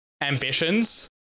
ambitions